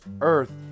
earth